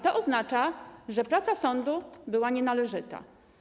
To oznacza, że praca sądu była nienależyta.